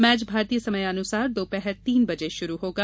match भारतीय समय अनुसार दोपहर तीन बजे शुरू होगा